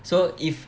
so if